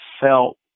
felt